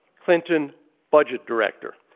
clinton budget director.